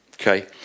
Okay